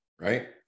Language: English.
right